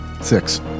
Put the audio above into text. Six